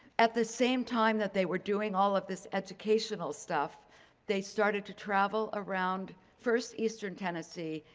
at the same time that they were doing all of this educational stuff they started to travel around first eastern tennessee,